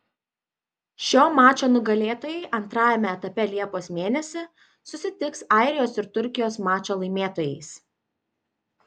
šio mačo nugalėtojai antrajame etape liepos mėnesį susitiks airijos ir turkijos mačo laimėtojais